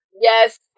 Yes